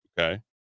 okay